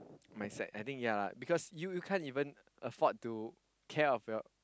my side I think ya lah because you you can't even afford to care of your